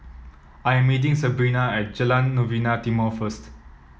I am meeting Sebrina at Jalan Novena Timor first